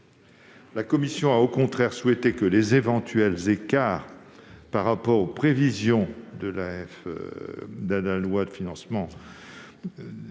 La commission a, au contraire, souhaité que les éventuels écarts par rapport aux prévisions de la loi de programmation